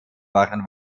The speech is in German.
waren